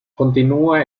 continúa